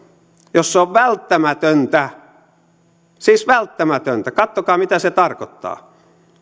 jos se on välttämätöntä siis välttämätöntä katsokaa mitä se tarkoittaa